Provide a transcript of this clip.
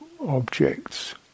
objects